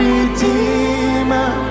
Redeemer